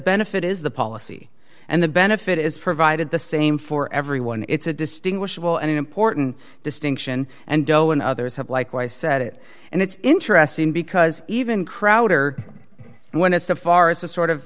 benefit is the policy and the benefit is provided the same for everyone it's a distinguishable and important distinction and doe and others have likewise said it and it's interesting because even crowder when it's to far as to sort of